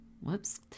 Whoops